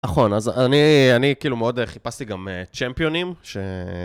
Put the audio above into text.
נכון, אז אני כאילו מאוד חיפשתי גם צ'מפיונים, ש...